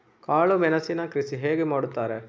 ಕಾಳು ಮೆಣಸಿನ ಕೃಷಿ ಹೇಗೆ ಮಾಡುತ್ತಾರೆ?